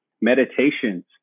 *Meditations*